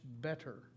better